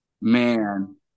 man